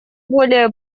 более